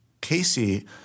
Casey